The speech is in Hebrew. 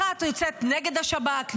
אחת יוצאת נגד השב"כ,